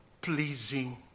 pleasing